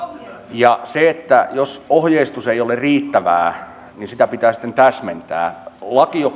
jos ohjeistus ei ole riittävää niin sitä pitää sitten täsmentää laki joka